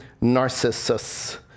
Narcissus